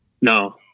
No